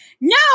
No